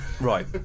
Right